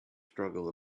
struggle